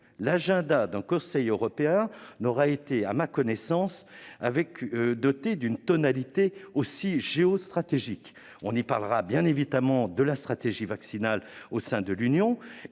l'agenda d'un Conseil européen n'aura été- à ma connaissance, tout au moins -doté d'une tonalité aussi géostratégique ! On y parlera bien évidemment de la stratégie vaccinale au sein de l'Union